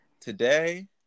today